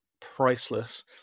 priceless